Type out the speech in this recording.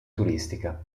turistica